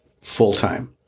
full-time